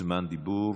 זמן דיבור.